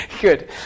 good